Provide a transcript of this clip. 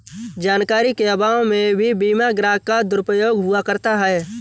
जानकारी के अभाव में भी बीमा ग्राहक का दुरुपयोग हुआ करता है